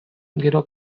gero